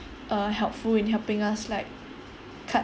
are helpful in helping us like